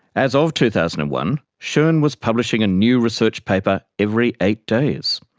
as of two thousand and one, schon was publishing a new research paper every eight days.